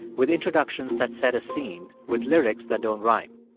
with introductions that set a scene with lyrics that don't rhyme.